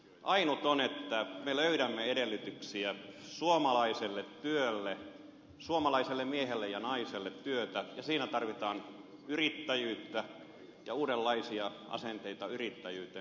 ainut on se että me löydämme edellytyksiä suomalaiselle työlle suomalaiselle miehelle ja naiselle työtä ja siinä tarvitaan yrittäjyyttä ja uudenlaisia asenteita yrittäjyyteen